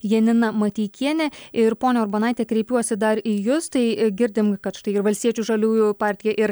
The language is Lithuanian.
janina mateikienė ir ponia urbonaite kreipiuosi dar į jus tai girdim kad štai ir valstiečių žaliųjų partija ir